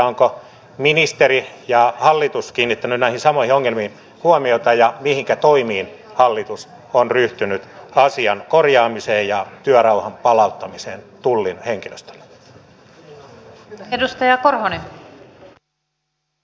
ovatko ministeri ja hallitus kiinnittäneet näihin samoihin ongelmiin huomiota ja mihinkä toimiin hallitus on ryhtynyt asian korjaamiseksi ja työrauhan palauttamiseksi tullin henkilöstölle